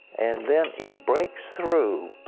and then it breaks through,